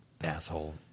Asshole